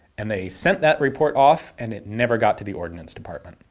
and they sent that report off and it never got to the ordnance department.